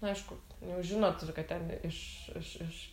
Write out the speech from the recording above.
nu aišku jau žinot ir kad ten iš iš iš